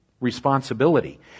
responsibility